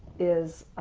is